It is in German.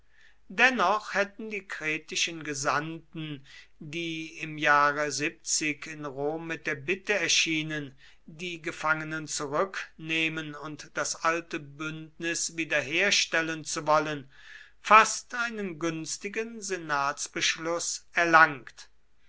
dennoch hätten die kretischen gesandten die im jahre in rom mit der bitte erschienen die gefangenen zurücknehmen und das alte bündnis wieder herstellen zu wollen fast einen günstigen senatsbeschluß erlangt